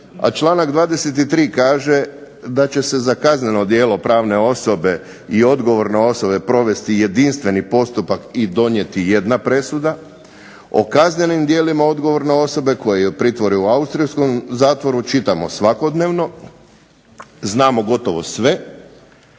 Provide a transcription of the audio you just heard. a članak 23. kaže da će se za kazneno djelo pravne osobe i odgovorne osobe provesti jedinstveni postupak i donijeti jedna presuda, o kaznenim djelima odgovorne osobe koje je pritvoren u austrijskom zatvoru čitamo svakodnevno, znamo gotovo sve,